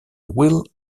will